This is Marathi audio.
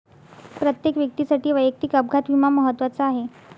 प्रत्येक व्यक्तीसाठी वैयक्तिक अपघात विमा महत्त्वाचा आहे